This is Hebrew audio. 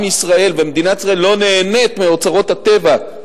עם ישראל ומדינת ישראל לא נהנים מאוצרות הטבע,